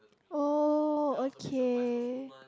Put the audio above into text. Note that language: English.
oh okay